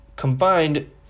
combined